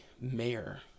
mayor